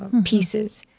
pieces,